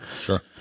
Sure